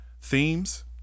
themes